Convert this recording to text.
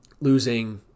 Losing